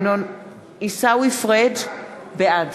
בעד